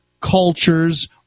cultures